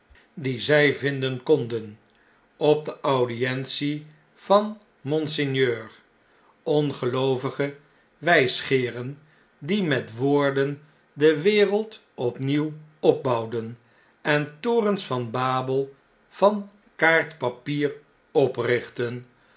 dien zij vinden konden op de audientie van monseigneur ongeloovige wjjsgeeren die met woorden de wereld opnieuw opbouwden en torens van babel van kaartpapier oprichtten